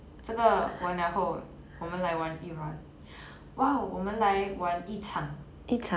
这个完了后我们来玩一 round !wow! 我们来玩一场